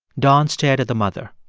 don stared at the mother.